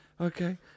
Okay